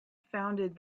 founded